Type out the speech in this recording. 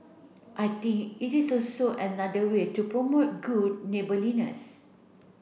I think it is also another way to promote good neighbourliness